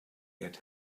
get